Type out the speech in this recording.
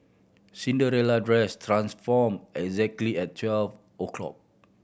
Cinderella dress transformed exactly at twelve o' clock